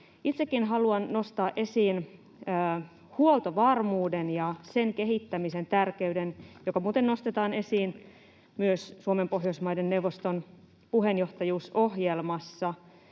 Itsekin haluan nostaa esiin huoltovarmuuden ja sen kehittämisen tärkeyden, joka muuten nostetaan esiin myös Suomen Pohjoismaiden neuvoston puheenjohtajuusohjelmassa.